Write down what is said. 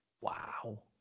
Wow